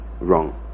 wrong